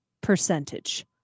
percentage